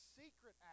secret